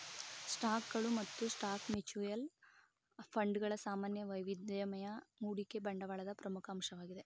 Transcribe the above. ಸ್ಟಾಕ್ಗಳು ಮತ್ತು stock mutual fund ಗಳ ಸಾಮಾನ್ಯ ವೈವಿಧ್ಯಮಯ ಹೂಡಿಕೆ ಬಂಡವಾಳದ ಪ್ರಮುಖ ಅಂಶವಾಗಿದೆ